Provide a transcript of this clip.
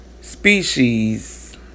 species